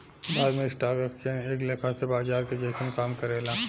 भारत में stock exchange एक लेखा से बाजार के जइसन काम करेला